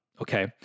Okay